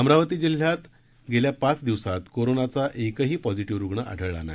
अमरावती जिल्ह्यात गेल्या पाच दिवसात कोरोनाचा एकही पॉझिटिव्ह रुग्ण आढळला नाही